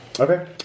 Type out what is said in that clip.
Okay